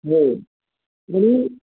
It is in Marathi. हो